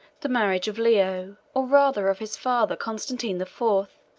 the marriage of leo, or rather of his father constantine the fourth,